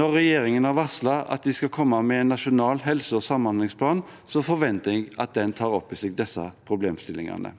Når regjeringen har varslet at de skal komme med en nasjonal helse- og samhandlingsplan, forventer jeg at den tar opp i seg disse problemstillingene.